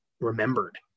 remembered